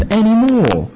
anymore